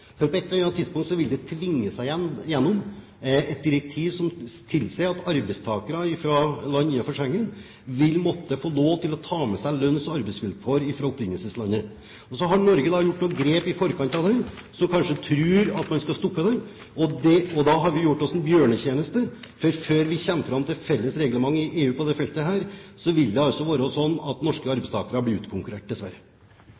For på et eller annet tidspunkt vil det tvinge seg gjennom et direktiv som tilsier at arbeidstakere fra land innenfor Schengen må få lov til å ta med seg lønns- og arbeidsvilkår fra opprinnelseslandet. Så har Norge gjort noen grep i forkant av det som man kanskje tror skal stoppe det. Da har vi gjort oss selv en bjørnetjeneste, for før en kommer fram til et felles reglement i EU på dette feltet, vil det være slik at norske